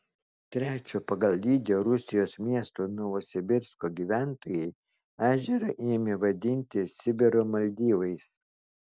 trečio pagal dydį rusijos miesto novosibirsko gyventojai ežerą ėmė vadinti sibiro maldyvais